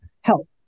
help